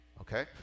okay